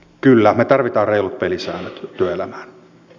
kyllä me tarvitsemme reilut pelisäännöt työelämään